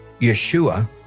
Yeshua